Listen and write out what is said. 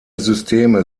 systeme